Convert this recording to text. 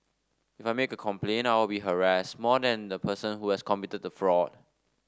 if I make a complaint I will be harassed more than the person who has committed the fraud